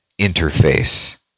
interface